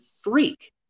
freak